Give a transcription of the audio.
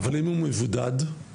אבל אם הוא מבודד בבית?